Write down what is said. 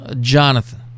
Jonathan